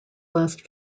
last